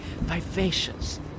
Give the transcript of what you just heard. vivacious